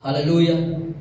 Hallelujah